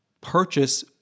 purchase